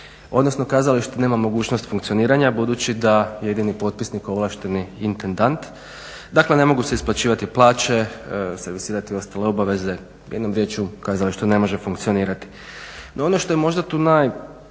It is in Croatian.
odnosno kazalište nema mogućnost funkcioniranja budući da je jedini potpisnik ovlašteni intendant. Dakle, ne mogu se isplaćivati plaće, servisirati ostale obaveze, jednom riječju kazalište ne može funkcionirati. No ono što je možda tu najbolnije,